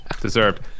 Deserved